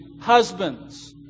husbands